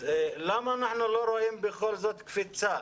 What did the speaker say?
למה אנחנו לא רואים בכל זאת קפיצה